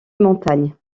montagne